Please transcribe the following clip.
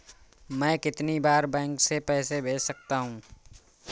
मैं कितनी बार बैंक से पैसे भेज सकता हूँ?